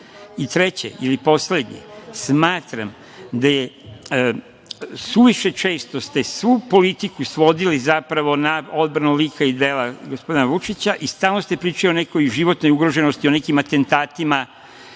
drugo. Treće, ili poslednje. Smatram da ste suviše često svu politiku svodili na odbranu lika i dela gospodina Vučića i stalno pričali o nekoj životnoj ugroženosti, o nekim atentatima.